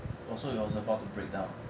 oh so it was about to break down